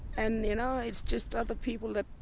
and you know it's just other people that